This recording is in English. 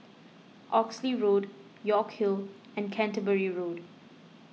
Oxley Road York Hill and Canterbury Road